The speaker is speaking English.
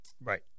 Right